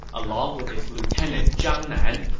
along with his lieutenant zhang nan,